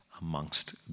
amongst